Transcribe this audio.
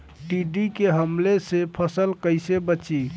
टिड्डी के हमले से फसल कइसे बची?